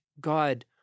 God